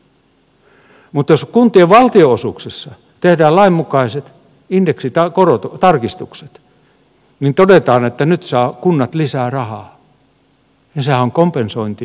mutta jos kuntien valtionosuuksissa tehdään lain mukaiset indeksitarkistukset niin todetaan että nyt saavat kunnat lisää rahaa vaikka sehän on kompensointi hintojen noususta